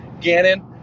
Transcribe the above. Gannon